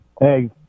Hey